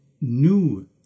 new